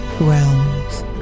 realms